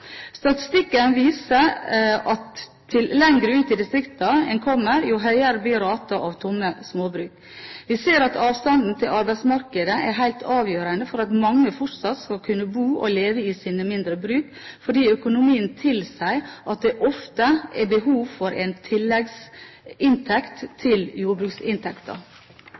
Statistikken viser at jo lenger ut i distriktene en kommer, jo høyere blir raten av tomme småbruk. Vi ser at avstanden til arbeidsmarkedet er helt avgjørende for at mange fortsatt skal kunne bo på og leve av sine mindre bruk, fordi økonomien tilsier at det ofte er behov for en tilleggsinntekt til